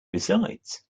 besides